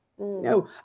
No